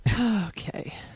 Okay